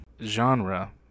genre